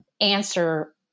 answer